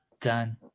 done